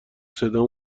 صدا